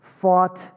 fought